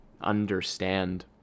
understand